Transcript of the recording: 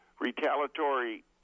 retaliatory